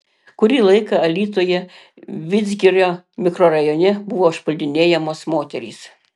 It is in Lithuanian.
kurį laiką alytuje vidzgirio mikrorajone buvo užpuldinėjamos moterys